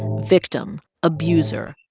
victim. abuser.